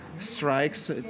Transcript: Strikes